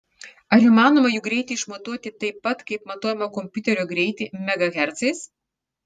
ar įmanoma jų greitį išmatuoti taip pat kaip matuojame kompiuterio greitį megahercais